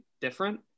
different